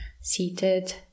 seated